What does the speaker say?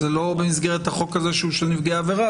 זה לא במסגרת החוק הזה שהוא של נפגעי עבירה,